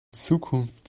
zukunft